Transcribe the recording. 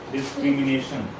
Discrimination